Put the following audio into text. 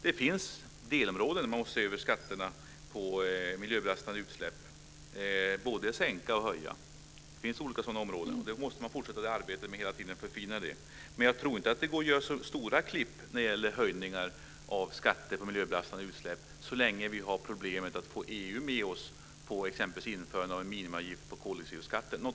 Det finns delområden där man måste se över skatterna på miljöbelastande utsläpp. Det handlar om att både sänka och höja. Det finns olika sådana områden. Man måste hela tiden fortsätta arbetet med att förfina detta. Men jag tror inte att det går att göra så stora klipp när det gäller höjningar av skatter på miljöbelastande utsläpp så länge vi har problem att få EU med oss på införandet av t.ex. en minimiavgift på koldioxidskatt.